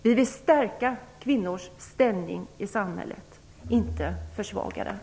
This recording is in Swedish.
Vi vill stärka kvinnors ställning i samhället, inte försvaga den.